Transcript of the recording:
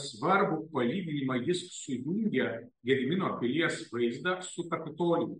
svarbų palyginimą jis sujungia gedimino pilies vaizdą su kapitolijum